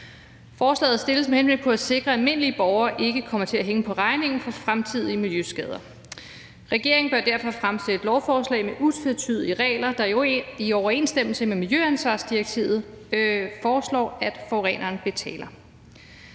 Forslaget fremsættes med henblik på at sikre, almindelige borgere ikke kommer til at hænge på regningen for fremtidige miljøskader. Regeringen bør derfor fremsætte lovforslag med utvetydige regler, der i overensstemmelse med miljøansvarsdirektivet foreslår, at forureneren betaler.